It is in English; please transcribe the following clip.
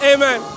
Amen